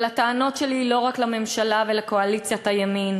אבל הטענות שלי הן לא רק לממשלה ולקואליציית הימין,